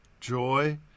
joy